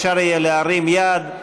אפשר יהיה להרים יד,